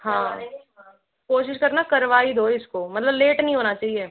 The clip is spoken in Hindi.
हाँ कोशिश करना करवा ही दो इसको मतलब लेट नहीं होना चाहिए